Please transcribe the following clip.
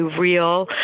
real